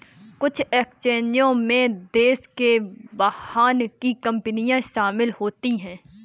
कुछ एक्सचेंजों में देश के बाहर की कंपनियां शामिल होती हैं